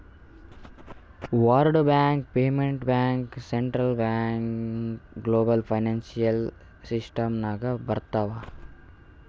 world bank, private bank, central bank ಎಲ್ಲಾ global financial system ನಾಗ್ ಬರ್ತಾವ್